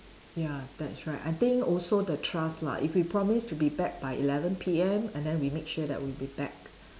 ya that's right I think also the trust lah if we promise to be back by eleven P_M and then we make sure that we'll be back